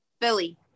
Philly